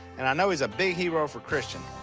and i know he's a big hero for christian.